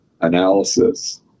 analysis